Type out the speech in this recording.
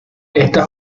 esta